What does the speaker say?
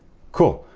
cool,